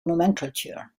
nomenclature